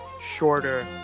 shorter